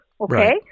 Okay